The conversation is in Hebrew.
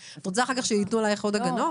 את רוצה אחר כך שייתנו לך עוד הגנות?